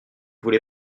voulez